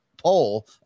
poll